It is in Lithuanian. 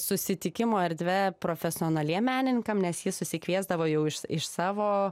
susitikimo erdve profesionaliem menininkam nes jis susikviesdavo jau iš savo